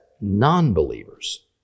non-believers